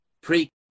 pre